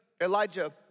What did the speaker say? Elijah